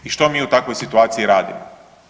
I što mi u takvoj situaciji radimo?